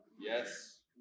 Yes